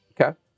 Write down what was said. Okay